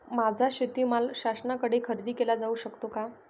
माझा शेतीमाल शासनाकडे खरेदी केला जाऊ शकतो का?